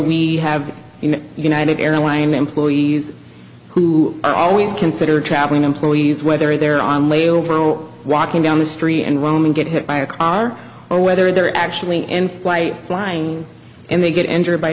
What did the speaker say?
we have united airline employees who i always consider traveling employees whether they're on layover or walking down the street and won't get hit by a car or whether they're actually in flight flying and they get injured by